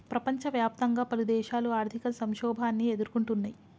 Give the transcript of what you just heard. ప్రపంచవ్యాప్తంగా పలుదేశాలు ఆర్థిక సంక్షోభాన్ని ఎదుర్కొంటున్నయ్